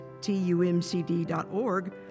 TUMCD.org